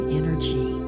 energy